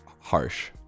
harsh